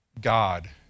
God